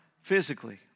physically